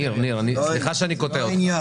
ניר, סליחה שאני קוטע אותך.